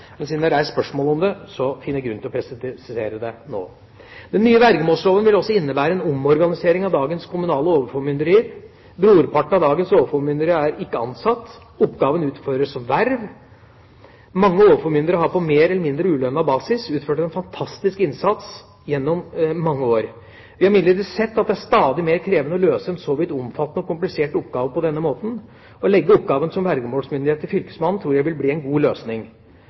Siden det er reist spørsmål om det, finner jeg grunn til å presisere det nå. Den nye vergemålsloven vil også innebære en omorganisering av dagens kommunale overformynderier. Brorparten av dagens overformyndere er ikke ansatt. Oppgaven utføres som et verv. Mange overformyndere har på mer eller mindre ulønnet basis utført en fantastisk innsats gjennom mange år. Vi har imidlertid sett at det er stadig mer krevende å løse en så vidt omfattende og komplisert oppgave på denne måten. Å legge oppgaven som vergemålsmyndighet til fylkesmannen tror jeg vil bli en god løsning.